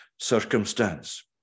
circumstance